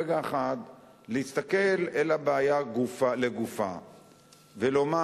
רגע אחד להסתכל על הבעיה לגופה ולומר: